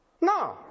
No